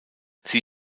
sie